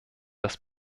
das